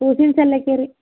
ಕೂಸಿನ ಸಲಾಕೆ ರೀ